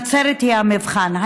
נצרת היא המבחן.